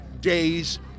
days